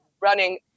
running